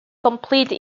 complete